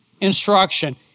instruction